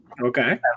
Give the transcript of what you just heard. Okay